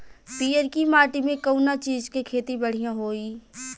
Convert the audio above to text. पियरकी माटी मे कउना चीज़ के खेती बढ़ियां होई?